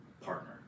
partner